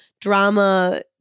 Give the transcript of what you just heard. drama